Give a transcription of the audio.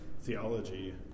theology